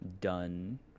done